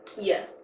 Yes